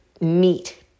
meat